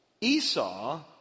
Esau